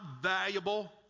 valuable